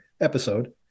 episode